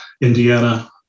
Indiana